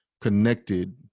connected